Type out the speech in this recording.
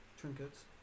Trinkets